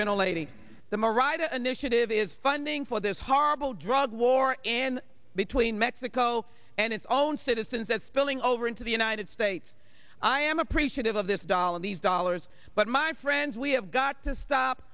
is funding for this horrible drug war and between mexico and its own citizens that spilling over into the united states i am appreciative of this doll and these dollars but my friends we have got to stop